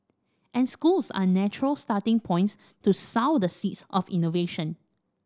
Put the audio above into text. and schools are natural starting points to sow the seeds of innovation